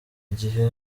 igihe